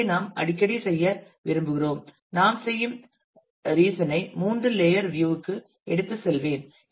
எனவே நாம் அடிக்கடி செய்ய விரும்புகிறோம் நாம் செய்யும் ரீசன் ஐ மூன்று லேயர் வியூ க்கு எடுத்துச் செல்வேன்